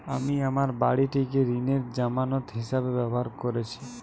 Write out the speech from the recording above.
আমি আমার বাড়িটিকে ঋণের জামানত হিসাবে ব্যবহার করেছি